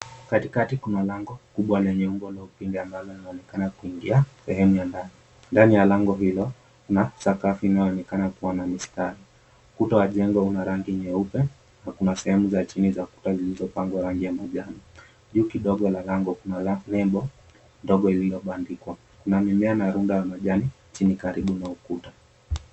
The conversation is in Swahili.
Katikati kuna lango kubwa lenye umbo la upinde ambalo unaoonekana kuingia sehemu ya ndani ya lango hilo kuna sakafu linaloonekana kuwa na mistari. Ukuta wa jengo una rangi nyeupe na kuna sehemu za chini za kuta zilizopakwa rangi ya manjano. Juu kidogo la lango kuna lebo ndogo lililoandikwa kuna mimea na runda ya majani chini karibu na ukuta.